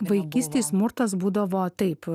vaikystėj smurtas būdavo taip